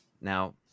now